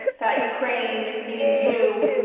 that ukraine, meaning you,